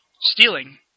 stealing